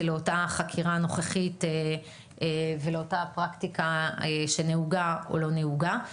לאותה חקירה נוכחית ולאותה פרקטיקה שנהוגה או לא נהוגה.